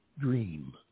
Dream